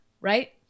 right